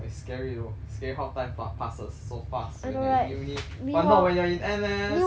!wah! it's scary though scary how time f~ passes so fast when you are in uni but not when you're in N_S